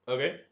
Okay